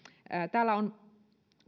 täällä on